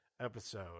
episode